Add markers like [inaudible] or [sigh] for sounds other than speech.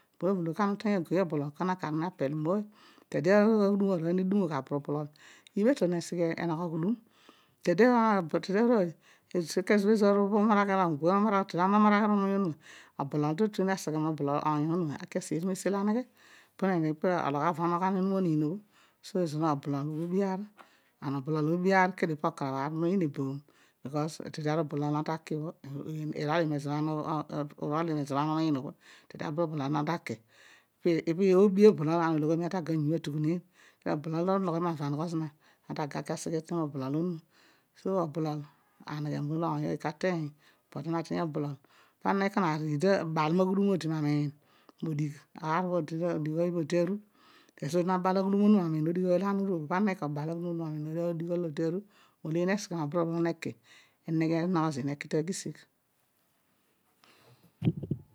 Bloblo ana uteeny agei obolol kol na akar na per etzde bho aghudum arovy dum abho abrubrol ibe ton esighi eghi enogho ghudum. etede, but a tede arooy kezo bho ezoor umaraghi [unintelligible] obolol ta tueni aseghe mo ooy onuma aseeri to esilo aneghe po ologh avo onogho ani oniin obho, so obolol cob oar and obolol obb aer kedio po okarabh mo oyiin eboom blos etede ara obolol irol io mezo ana umiin obho, eod. te tueri elogh zina tabaghami epain zina alogh ogbo are amusu no nodigh kere keve ari ikarabh ara agbo leedio ede ata abrublol eneghe epu maakar umor so oteeny obolol aneghe mager, eedi izol ipel abrubtol eadi, erό odi na bal aghudura onuma mo miin ezo odi ohho ana tubal nama aghudum ibho odi eneghe enogho zeena eki taghisigh [noise]